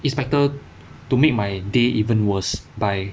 inspector to make my day even worse by